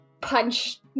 punch